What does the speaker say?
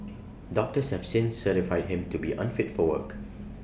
doctors have since certified him to be unfit for work